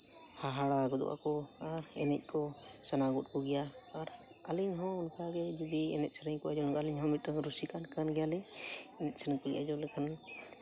ᱦᱟᱦᱟᱲᱟ ᱜᱚᱫᱚᱜ ᱟᱠᱚ ᱟᱨ ᱮᱱᱮᱡ ᱠᱚ ᱥᱟᱱᱟ ᱜᱚᱫ ᱠᱚᱜᱮᱭᱟ ᱟᱨ ᱟᱹᱞᱤ ᱦᱚᱸ ᱚᱱᱠᱟ ᱜᱮ ᱡᱩᱫᱤ ᱮᱱᱮᱡ ᱥᱮᱨᱮᱧ ᱠᱚ ᱡᱟᱭᱜᱟ ᱞᱤᱧ ᱦᱟᱢᱮᱴᱟ ᱟᱹᱞᱤᱧ ᱢᱤᱫᱴᱟᱝ ᱨᱩᱥᱤᱠᱟ ᱠᱟᱱ ᱜᱮᱭᱟ ᱞᱤᱧ ᱮᱱᱮᱡ ᱥᱮᱨᱮᱧ ᱠᱚᱞᱤᱧ ᱟᱸᱡᱚᱢ ᱞᱮᱠᱷᱟᱱ ᱜᱮ